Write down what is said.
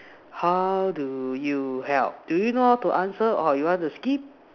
how do you help do you know how to answer or you want to skip